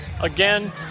again